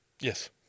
yes